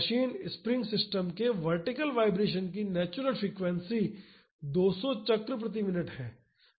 machine spring system के vertical vibration की natural frequency 200 चक्र प्रति मिनट है